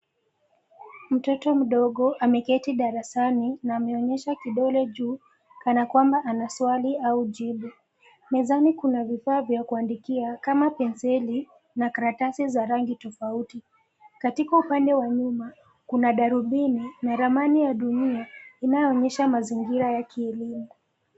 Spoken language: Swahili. Mtoto mdogo ameketi darasani na ameonyesha kidole juu, kana kwamba ana swali au jibu, mezani kuna vifaa vya kuandikia kama penseli, na karatasi za rangi tofauti, katika upande wa nyuma, kuna darubini na ramani ya dunia, inayoonyesha mazingira ya kielimu.